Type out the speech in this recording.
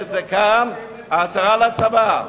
כאן ההצהרה לצבא?